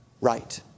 right